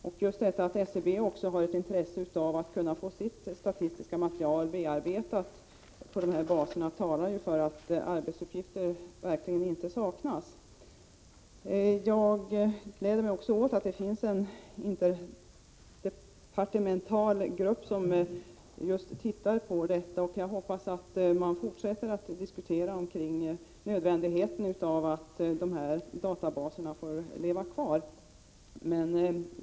Även det förhållandet att SCB har ett intresse av att få sitt statistiska material bearbetat på dessa baser talar för att arbetsuppgifter verkligen inte saknas. Jag gläder mig också åt att det finns en interdepartemental grupp som arbetar med dessa frågor. Jag hoppas att man fortsätter sina diskussioner från utgångspunkten att det är nödvändigt att dessa databaser får vara kvar.